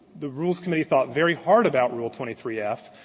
the rules committee thought very hard about rule twenty three f,